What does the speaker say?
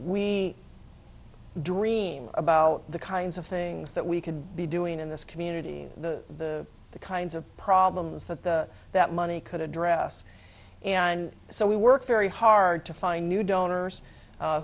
i dream about the kinds of things that we could be doing in this community the kinds of problems that the that money could address and so we work very hard to find new donors